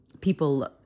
people